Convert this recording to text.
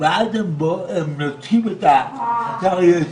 ואז הם נוטשים את חסר הישע.